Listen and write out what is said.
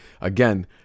again